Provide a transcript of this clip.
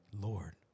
Lord